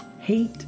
hate